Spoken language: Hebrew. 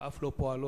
אף לא פועלות,